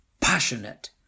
passionate